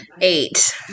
eight